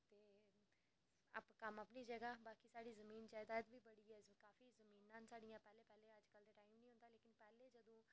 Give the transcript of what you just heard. ते कम्म अपनी जगह ते बाकी साढ़ी जमीन जायदाद बी बड़ी ऐ काफी जमीनां न साढ़ियां पैह्लें पैह्लें ते अज्जकल ते टैम निं होंदा ते पैह्लें जदूं